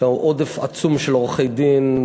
יש לנו עודף עצום של עורכי-דין,